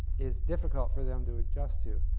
is difficult for them to adjust to.